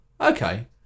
okay